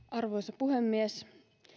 arvoisa puhemies